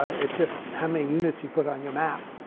it's just how many units you put on your map.